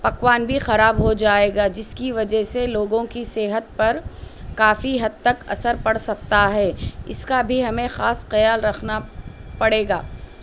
پکوان بھی خراب ہو جائے گا جس کی وجہ سے لوگوں کی صحت پر کافی حد تک اثر پڑ سکتا ہے اس کا بھی ہمیں خاص خیال رکھنا پڑے گا